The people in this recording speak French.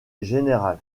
général